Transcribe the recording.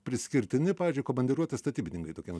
priskirtini pavyzdžiui komandiruotes statybininkai tokiem